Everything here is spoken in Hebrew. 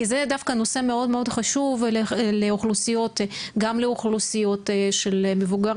כי זה דווקא נושא מאוד מאוד חשוב גם לאוכלוסיות של מבוגרים,